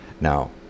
Now